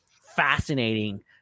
fascinating